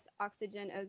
oxygen